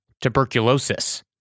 tuberculosis